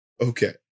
Okay